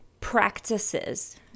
practices